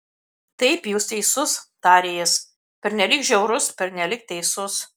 taip jūs teisus tarė jis pernelyg žiaurus pernelyg teisus